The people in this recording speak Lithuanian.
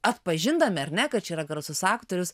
atpažindami ar ne kad čia yra garsus aktorius